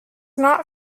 not